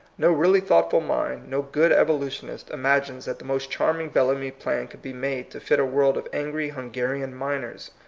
no really thoughtful mind, no good evolu tionist, imagines that the most charming bellamy plan could be made to fit a world of angry hungarian miners,